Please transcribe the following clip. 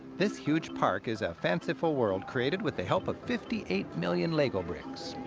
this huge park is a fanciful world created with the help of fifty eight million lego bricks.